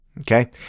Okay